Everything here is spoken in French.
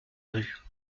rues